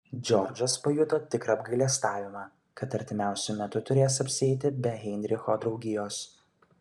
georgas pajuto tikrą apgailestavimą kad artimiausiu metu turės apsieiti be heinricho draugijos